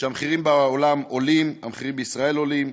כשהמחירים בעולם עולים, המחירים בישראל עולים.